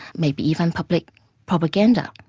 maybe even public propaganda.